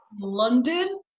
London